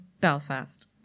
Belfast